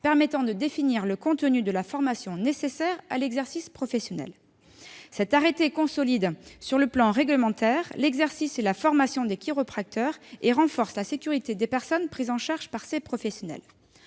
permettant de définir le contenu de la formation nécessaire à l'exercice professionnel. Cet arrêté consolide sur le plan réglementaire l'exercice et la formation des chiropracteurs et renforce la sécurité des personnes prises en charge par ces professionnels.